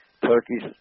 turkeys